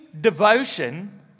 devotion